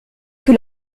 que